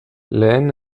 lehen